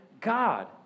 God